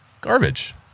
garbage